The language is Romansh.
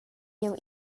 jeu